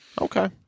Okay